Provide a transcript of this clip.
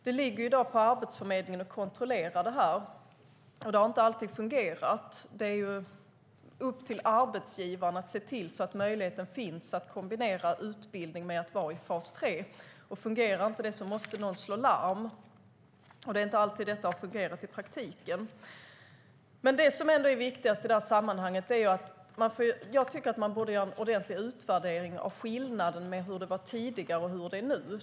Det ligger nämligen på Arbetsförmedlingen att kontrollera det här i dag, och det har inte alltid fungerat. Det är upp till arbetsgivaren att se till att möjligheten finns att kombinera utbildning med att vara i fas 3, och fungerar inte det måste någon slå larm. Det är inte alltid det har fungerat i praktiken. Det som ändå är viktigast i sammanhanget är att göra en ordentlig utvärdering av skillnaden mellan hur det var tidigare och hur det är nu.